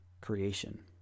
creation